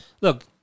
look